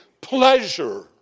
pleasure